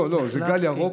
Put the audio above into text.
לא לא, זה גל ירוק.